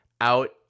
out